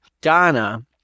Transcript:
Donna